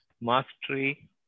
mastery